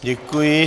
Děkuji.